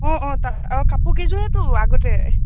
অঁ অঁ তাৰ কাপোৰ কিযোৰোটো আগতে